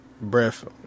breath